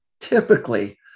typically